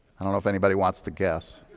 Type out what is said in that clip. i don't know if anybody wants to guess.